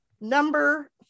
number